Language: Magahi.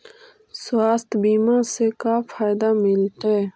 स्वास्थ्य बीमा से का फायदा मिलतै?